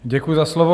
Děkuju za slovo.